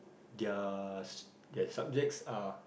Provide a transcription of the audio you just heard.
their their subjects are